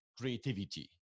creativity